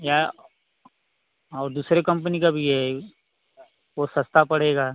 या और दुसरी कंपनी का भी है वह सस्ता पड़ेगा